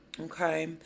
Okay